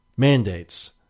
Mandates